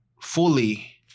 fully